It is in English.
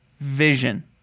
vision